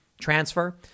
transfer